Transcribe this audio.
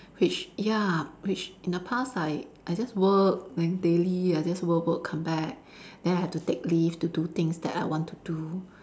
which ya which in the past I I just work then daily I just work work come back then I have to take leave to do things that I want to do